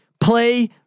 Play